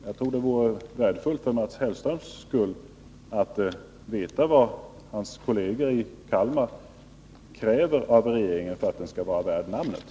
Jag tror att det vore värdefullt även för Mats Hellström att veta vad hans kolleger i Kalmar kräver av regeringen för att denna skall vara värd sitt namn.